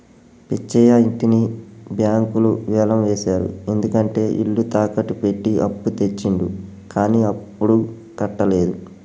పిచ్చయ్య ఇంటిని బ్యాంకులు వేలం వేశారు ఎందుకంటే ఇల్లు తాకట్టు పెట్టి అప్పు తెచ్చిండు కానీ అప్పుడు కట్టలేదు